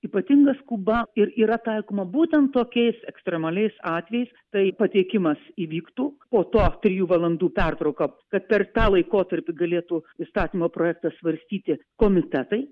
ypatinga skuba ir yra taikoma būtent tokiais ekstremaliais atvejais tai pateikimas įvyktų po to trijų valandų pertrauka kad per tą laikotarpį galėtų įstatymo projektą svarstyti komitetai